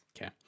Okay